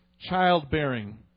childbearing